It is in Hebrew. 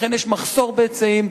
לכן יש מחסור בהיצעים.